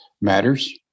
matters